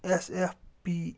S F P